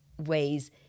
ways